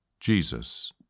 Jesus